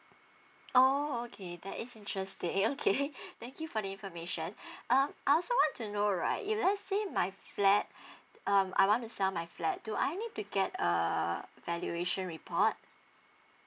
orh okay that is interesting okay thank you for the information um I also want to know right if let's say my flat um I want to sell my flat do I need to get err valuation report